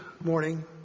morning